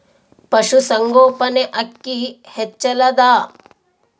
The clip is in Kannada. ಪಶುಸಂಗೋಪನೆ ಅಕ್ಕಿ ಹೆಚ್ಚೆಲದಾ?